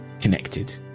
connected